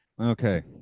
Okay